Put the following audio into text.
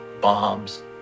bombs